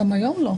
גם היום לא.